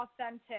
authentic